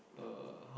uh